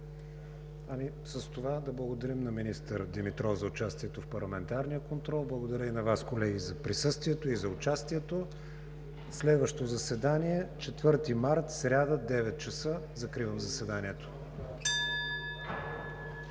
С това да благодарим на министър Димитров за участието в парламентарния контрол. Благодаря и на Вас, колеги, за присъствието и за участието. Следващото заседание – 4 март, сряда, 9,00 ч. Закривам заседанието.